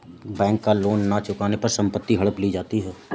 bank का loan न चुकाने पर संपत्ति हड़प ली जाती है